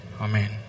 Amen